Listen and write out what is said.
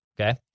Okay